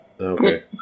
Okay